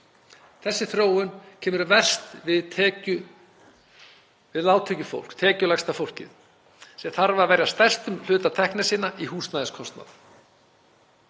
Þessi þróun kemur verst við lágtekjufólk, tekjulægsta fólkið sem þarf að verja stærstum hluta tekna sinna í húsnæðiskostnað.